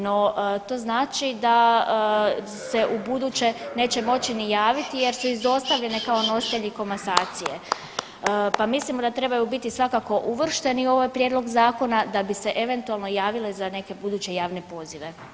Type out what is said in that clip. No, to znači da se ubuduće neće moći ni javiti jer su izostavljene kao nositelji komasacije, pa mislimo da trebaju biti svakako uvršteni u ovaj prijedlog zakona da bi se eventualno javile za neke buduće javne pozive.